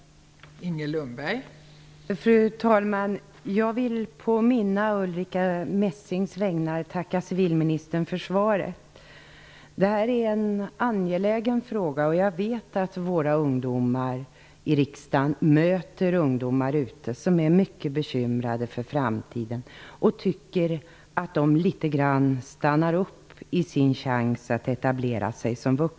Då Ulrica Messing, som framställt frågan, anmält att hon var förhindrad att närvara vid sammanträdet, medgav talmannen att Inger